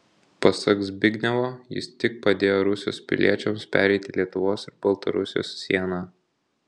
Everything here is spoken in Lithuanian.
pasak zbignevo jis tik padėjo rusijos piliečiams pereiti lietuvos ir baltarusijos sieną